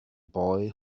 boy